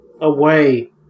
Away